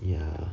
ya